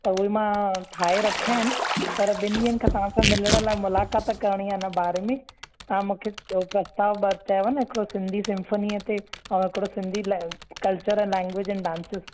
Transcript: त उहे मां ठाहे रखियां आहिनि पर ॿिनि ॾींहंनि खां तव्हां सां मिलण लाइ मुलाकात करिणी आहे हिन बारे में तव्हां मूंखे प्रस्ताव ॿ चयव न हिकिड़ो सिंधी सिंफ़नीय ते थोरो सिंधी लै कल्चर लैंग्वेज ऐं डांसिस